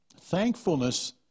Thankfulness